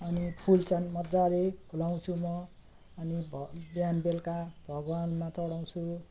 अनि फुल्छन् मजाले फुलाउँछु म अनि भ बिहान बेलुका भगवान्मा चढाउँछु